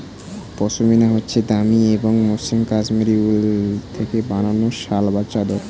পশমিনা হচ্ছে দামি এবং মসৃন কাশ্মীরি উল থেকে বানানো শাল বা চাদর